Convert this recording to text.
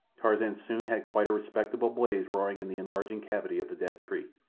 tarzan soon had quite a respectable blaze roaring in the enlarging cavity of the dead tree.